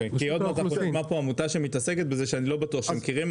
עוד מעט נשמע פה עמותה שמתעסקת בזה שאני לא בטוח שמכירים,